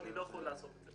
אני לא יכול לעשות את זה.